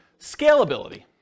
Scalability